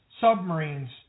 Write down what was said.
submarines